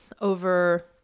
over